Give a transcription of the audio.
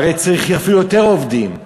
הרי צריך אפילו יותר עובדים.